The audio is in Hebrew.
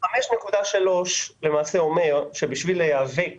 סעיף 5.3 למעשה אומר שבשביל להיאבק